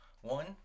One